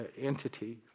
entity